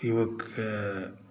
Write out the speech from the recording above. ई लोककेँ